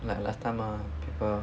like last time ah people